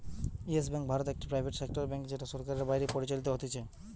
yes Bank ভারতে একটি private sector bank যেটা সরকারের বাইরে পরিচালিত হতিছে